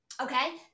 okay